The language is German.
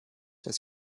dass